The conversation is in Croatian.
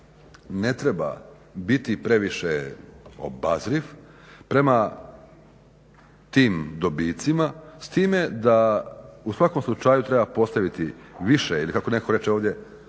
ne treba biti previše obazriv prema tim dobicima s time da u svakom slučaju treba postaviti više ili kako reče ovdje